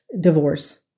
divorce